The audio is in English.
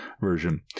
version